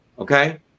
Okay